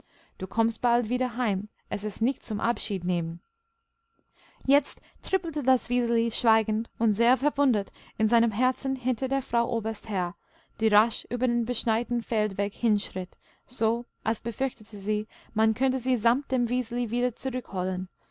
du kommst bald wieder heim es ist nicht zum abschiednehmen jetzt trippelte das wiseli schweigend und sehr verwundert in seinem herzen hinter der frau oberst her die rasch über den beschneiten feldweg hinschritt so als befürchtete sie man könnte sie samt dem wiseli wieder zurückholen